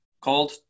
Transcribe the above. called